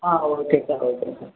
ah okay sir okay sir